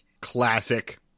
Classic